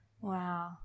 Wow